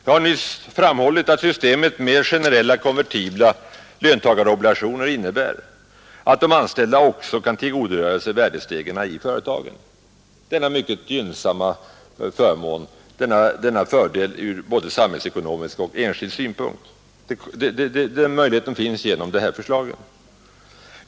Jag har nyss framhållit att systemet med generella, konvertibla löntagarobligationer innebär att de anställda också kan tillgodogöra sig värdestegringarna i företagen. Denna fördel ur både samhällsekonomisk och enskild synpunkt finns med som en springande punkt i detta förslag.